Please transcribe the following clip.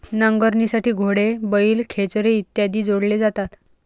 नांगरणीसाठी घोडे, बैल, खेचरे इत्यादी जोडले जातात